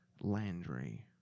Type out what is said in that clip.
Landry